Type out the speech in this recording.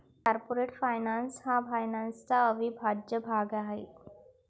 corporate finance हा फायनान्सचा अविभाज्य भाग आहे